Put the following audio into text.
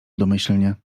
domyślnie